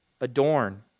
adorn